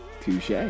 Touche